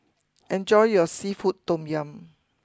enjoy your Seafood Tom Yum